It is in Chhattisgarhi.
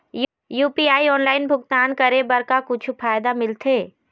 यू.पी.आई ऑनलाइन भुगतान करे बर का कुछू फायदा मिलथे?